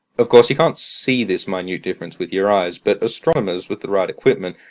of course, you can't see this minute difference with your eyes, but astronomers, with the right equipment,